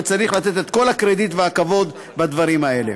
וצריך לתת את כל הקרדיט והכבוד בדברים האלה.